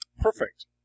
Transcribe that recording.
Perfect